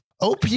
OP